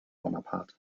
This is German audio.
bonaparte